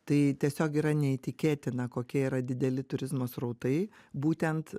tai tiesiog yra neįtikėtina kokie yra dideli turizmo srautai būtent